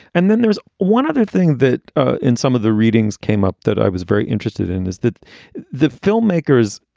and then there's one other thing that ah in some of the readings came up that i was very interested in is that the filmmakers,